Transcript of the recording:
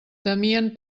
temien